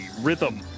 rhythm